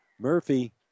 Murphy